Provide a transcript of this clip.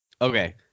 Okay